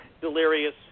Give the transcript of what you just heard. Delirious